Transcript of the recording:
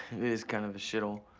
it is kind of a shithole.